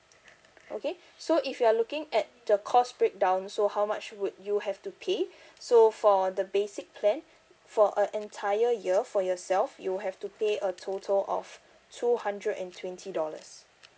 okay so if you're looking at the cost breakdown so how much would you have to pay so for the basic plan for uh entire year for yourself you have to pay a total of two hundred and twenty dollars